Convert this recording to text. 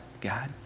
God